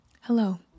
Hello